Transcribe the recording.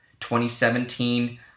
2017